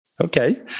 Okay